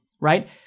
right